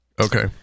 okay